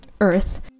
Earth